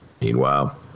Meanwhile